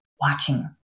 watching